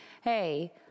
hey